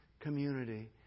community